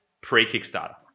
pre-kickstarter